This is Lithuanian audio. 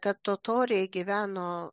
kad totoriai gyveno